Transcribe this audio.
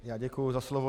Já děkuji za slovo.